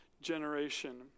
generation